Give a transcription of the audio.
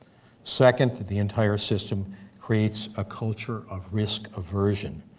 second, the entire system creates a culture of risk aversion,